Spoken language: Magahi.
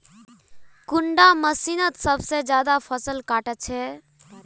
कुंडा मशीनोत सबसे ज्यादा फसल काट छै?